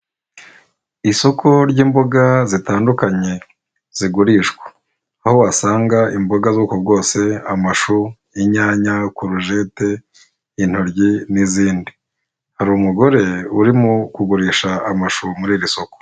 Isoko ry'imboga zitandukanye zigurishwa, aho wasanga imboga z'ubwoko bwose, amashu inyanya, korojete, intoryi n'izindi, hari umugore urimo kugurisha amashu muri iri soko.